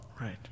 Right